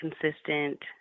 consistent